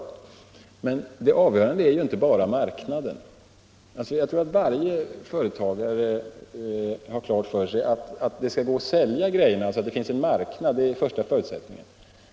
Men det avgörande är ju inte bara marknaden. Jag tror att varje företagare har klart för sig att det skall gå att sälja produkterna. Den första förutsättningen är därför att det finns en marknad.